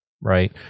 right